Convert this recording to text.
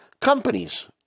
companies